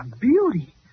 beauty